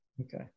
Okay